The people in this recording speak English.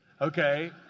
Okay